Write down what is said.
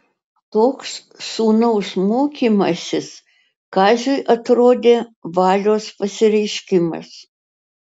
toks sūnaus mokymasis kaziui atrodė valios pasireiškimas